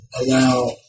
allow